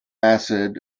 acid